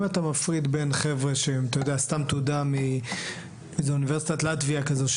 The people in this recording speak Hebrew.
אם אתה מפריד בין חבר'ה עם סתם תעודה מאיזו אוניברסיטת לטביה כזו,